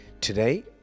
Today